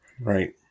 Right